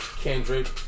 Kendrick